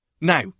Now